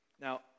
Now